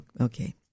Okay